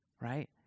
right